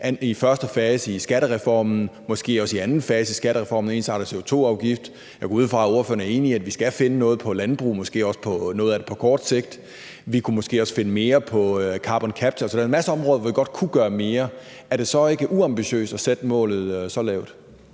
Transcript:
i første fase af skattereformen og måske også i anden fase af skattereformen med ensartede CO2-afgifter. Jeg går ud fra, at ordføreren er enig i, at vi skal finde noget på landbruget og måske også noget af det på kort sigt. Vi kunne måske også finde mere på carbon capture. Så der er en masse områder, hvor vi godt kunne gøre mere. Er det så ikke uambitiøst at sætte målet så lavt?